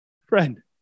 Friend